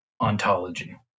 ontology